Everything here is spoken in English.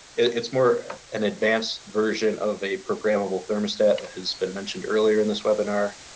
it's more an advanced version of a programmable thermostat that has been mentioned earlier in this webinar.